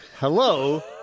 Hello